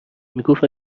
میگفت